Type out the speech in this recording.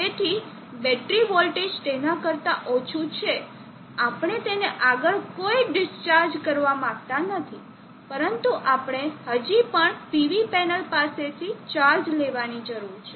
તેથી battery voltage તેના કરતા ઓછું છે આપણે તેને આગળ કોઈ ડિસ્ચાર્જ કરવા માંગતા નથી પરંતુ આપણે હજી પણ PV પેનલ પાસેથી ચાર્જ લેવાની જરૂર છે